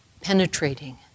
penetrating